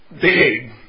big